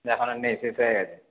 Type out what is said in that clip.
এখন আর নেই শেষ হয়ে গেছে